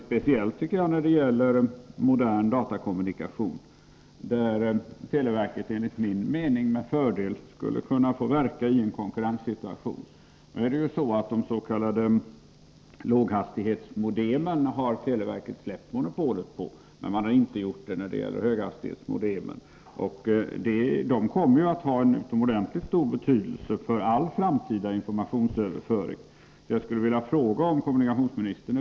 Speciellt när det gäller modern datakommunikation skulle televerket, enligt min mening, med fördel kunna få verka i en konkurrenssituation. Televerket har ju släppt monopolet på de s.k. låghastighetsmodemen, men man har inte gjort det när det gäller höghastighetsmodemen, som kommer att ha en utomordentlig stor betydelse för all framtida informationsöverföring.